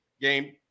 game